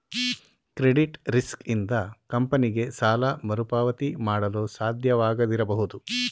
credit risk ಇಂದ ಕಂಪನಿಗೆ ಸಾಲ ಮರುಪಾವತಿ ಮಾಡಲು ಸಾಧ್ಯವಾಗದಿರಬಹುದು